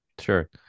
Sure